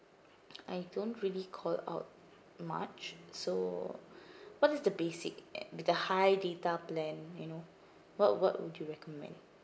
I don't really call out much so what is the basic ugh with the high data plan you know what what would you recommend